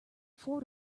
four